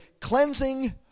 cleansing